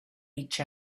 each